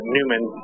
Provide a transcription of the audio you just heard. Newman